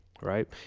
Right